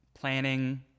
planning